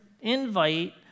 invite